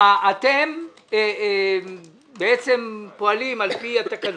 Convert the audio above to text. אתם בעצם פועלים על-פי התקנות,